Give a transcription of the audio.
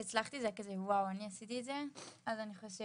וכשהצלחתי זה היה כזה "..וואו! אני עשיתי את זה?.." אז אני חושבת